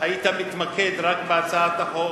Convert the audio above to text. היית מתמקד רק בהצעת החוק